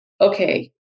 okay